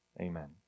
Amen